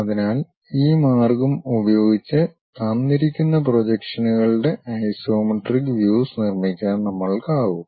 അതിനാൽ ഈ മാർഗം ഉപയോഗിച്ച് തന്നിരിക്കുന്ന പ്രൊജക്ഷനുകളുടെ ഐസോമെട്രിക് വ്യൂസ് നിർമ്മിക്കാൻ നമ്മൾക്കാകും